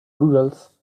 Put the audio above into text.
goggles